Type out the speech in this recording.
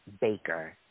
baker